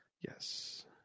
Yes